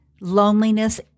loneliness